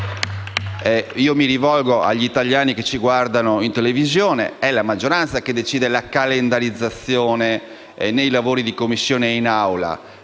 Mi rivolgo agli italiani che ci guardano in televisione: è la maggioranza che decide la calendarizzazione nei lavori di Commissione e in Aula.